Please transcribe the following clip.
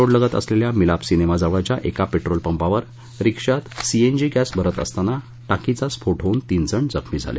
road लगत असलेल्या Milap cinema जवळील एका पेट्रोल पंपावर रिक्षात सीएनजी गॅस भरत असताना टाकीचा स्फोट होवून तीन जण जखमी झाले